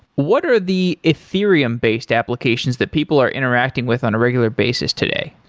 what are the ethereum-based applications that people are interacting with on a regular basis today?